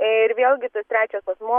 ir vėlgi tas trečias asmuo